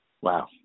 Wow